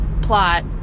plot